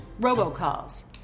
robocalls